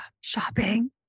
shopping